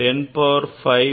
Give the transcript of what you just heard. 3 into 10